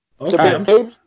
Okay